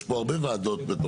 יש הרבה ועדות.